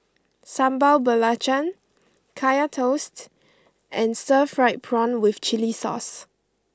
Sambal Belacan Kaya Toast and Stir Fried Prawn with Chili Sauce